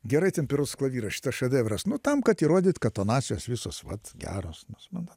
gerai temperuotas klavyras šitas šedevras nu tam kad įrodyt kad tonacijos visos vat geros manau